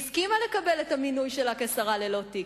הסכימה לקבל את המינוי שלה לשרה ללא תיק.